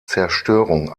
zerstörung